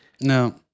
No